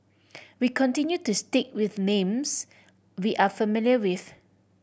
we continue to stick with names we are familiar with